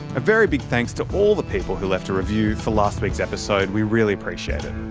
a very big thanks to all the people who left a review for last week's episode. we really appreciate it.